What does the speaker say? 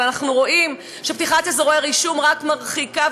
אבל אנחנו רואים שפתיחת אזורי רישום רק מרחיקה,